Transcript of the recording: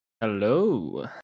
hello